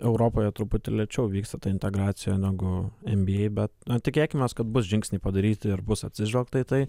europoje truputį lėčiau vyksta ta integracija negu en by ei bet tikėkimės kad bus žingsniai padaryti ir bus atsižvelgta į tai